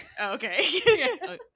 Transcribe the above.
Okay